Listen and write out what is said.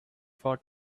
for